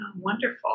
Wonderful